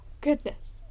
goodness